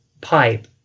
pipe